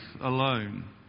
alone